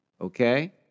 Okay